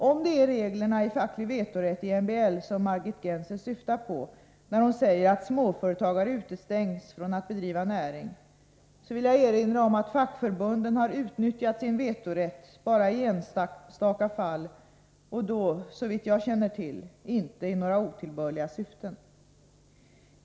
Om det är reglerna om facklig vetorätt i MBL som Margit Gennser syftar på när hon säger att småföretagare utestängs från att bedriva näring, så vill jag erinra om att fackförbunden har utnyttjat sin vetorätt bara i enstaka fall och då, såvitt jag känner till, inte i några otillbörliga syften.